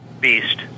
beast